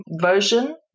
version